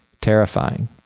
terrifying